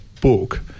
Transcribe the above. book